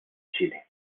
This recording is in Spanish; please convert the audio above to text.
chile